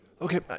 Okay